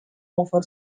over